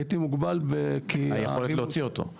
הייתי מוגבל כי --- היכולת להוציא אותו,